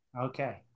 Okay